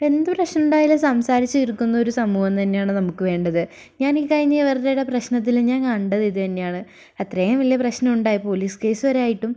എന്ത് പ്രശ്നമുണ്ടായാലും സംസാരിച്ച് തീർക്കുന്നൊരു സമൂഹം തന്നെയാണ് നമുക്ക് വേണ്ടത് ഞാൻ ഈ കഴിഞ്ഞ ഇവരുടെ പ്രശ്നത്തിൽ ഞാൻ കണ്ടത് ഇതുതന്നെയാണ് അത്രയും വലിയ പ്രശ്നം ഉണ്ടായ പോലീസ് കേസ് വരെയായിട്ടും